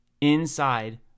inside